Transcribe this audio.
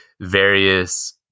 various